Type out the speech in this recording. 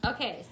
Okay